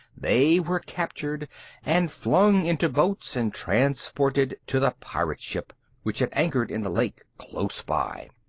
they were captured and flung into boats and transported to the pirate ship, which had anchored in the lake close by.